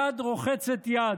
יד רוחצת יד.